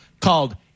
called